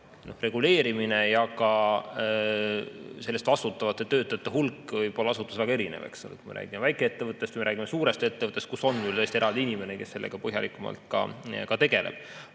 reguleerimine ja ka selle eest vastutavate töötajate hulk võib asutuses olla väga erinev, eks ole, kui me räägime väikeettevõttest või me räägime suurest ettevõttest, kus on täiesti eraldi inimene, kes sellega põhjalikumalt tegeleb.